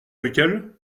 lequel